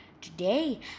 today